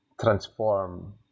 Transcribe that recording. transform